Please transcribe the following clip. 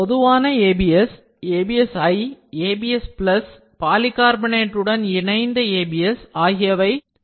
பொதுவான ABSABSi ABS plus polycarbonate உடன் இணைந்த ABS ஆகியவை இங்கு காட்டப்பட்டுள்ளன